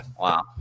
Wow